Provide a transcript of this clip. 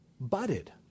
butted